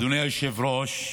אדוני היושב-ראש,